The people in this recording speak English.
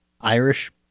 Irish